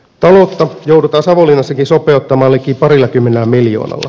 taloutta joudutaan savonlinnassakin sopeuttamaan liki parillakymmenellä miljoonalla